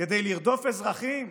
כדי לרדוף אזרחים?